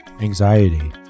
anxiety